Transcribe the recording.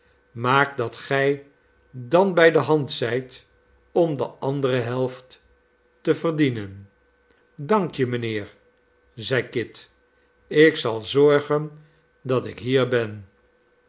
maak dat gij dan bij de hand zijt om de andere helft te verdienen dankje mijnheer zeide kit ik zal zorgen dat ik hier ben